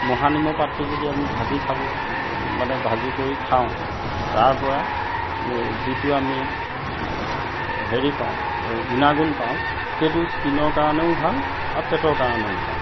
মহানিমৰ পাতটো যদি আমি ভাজি খাব মানে ভাজি কৰি খাওঁ তাৰ পৰা যিটো আমি হেৰি পাওঁ গুণাগুণ পাওঁ সেইটো স্কীনৰ কাৰণেও ভাল আৰু পেটৰ কাৰণেও ভাল